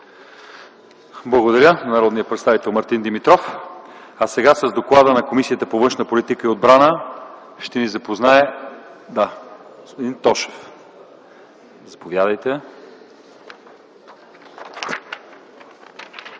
Благодаря на народния представител Мартин Димитров. С доклада на Комисията по външна политика и отбрана ще ни запознае господин Тошев. ДОКЛАДЧИК